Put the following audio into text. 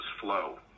flow